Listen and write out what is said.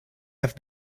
have